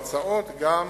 הצעות או הערות,